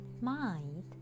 mind